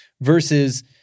versus